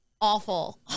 awful